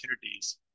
opportunities